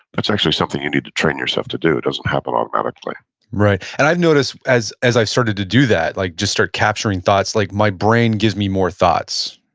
that's actually something you need to train yourself to do. it doesn't happen automatically right, and i noticed as as i started to do that, like just start capturing thoughts, like my brain gives me more thoughts,